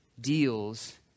deals